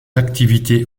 activités